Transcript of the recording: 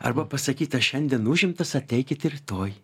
arba pasakyta šiandien užimtas ateikit rytoj